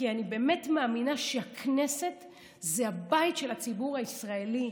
כי אני באמת מאמינה שהכנסת זה הבית של הציבור הישראלי,